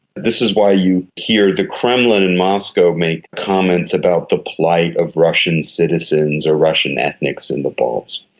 this is why you hear the kremlin in moscow make comments about the plight of russian citizens or russian ethnics in the balts.